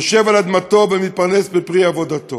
יושב על אדמתו ומתפרנס מפרי עבודתו.